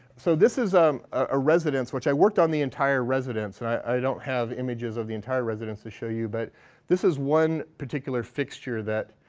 so this is a ah residence. which, i worked on the entire residence and i don't have images of the entire residence to show you. but this is one particular fixture that